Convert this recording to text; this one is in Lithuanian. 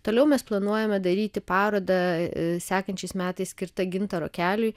toliau mes planuojame daryti parodą sekančiais metais skirtą gintaro keliui